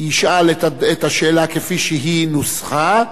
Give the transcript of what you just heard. ישאל את השאלה כפי שהיא נוסחה,